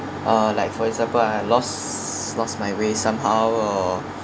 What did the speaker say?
uh like for example I lost lost my way somehow or